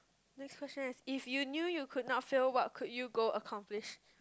next question is if you knew you could not fail what could you go accomplish